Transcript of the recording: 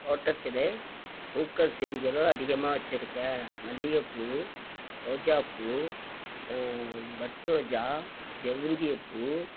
தோட்டத்தில் பூக்கள் செடிகளும் அதிகமாக வச்சிருக்கேன் மல்லிகைப்பூ ரோஜாப்பூ பட் ரோஜா சிவந்தியப்பூ